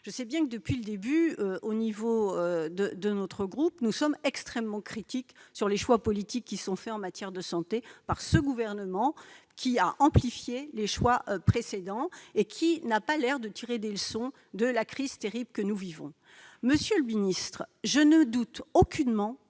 Ensuite, depuis le début de la crise, mon groupe est extrêmement critique sur les choix politiques qui sont faits en matière de santé par ce gouvernement, qui a amplifié les choix précédents et qui n'a pas l'air de tirer de leçons de la crise terrible que nous vivons. Monsieur le ministre, je ne doute ni